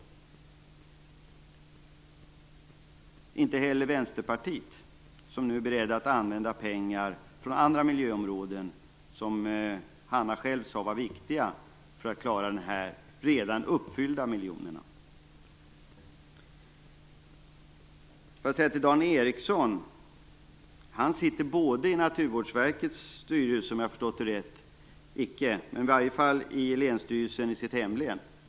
Det gjorde inte heller Vänsterpartiet, som nu är berett att använda pengar från andra miljöområden - som Hanna Zetterberg själv sade var viktiga - för klara dessa miljoner som redan finns. Dan Ericsson sitter i länstyrelsen i sitt hemlän.